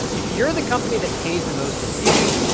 if you're the company that pays the most in fees,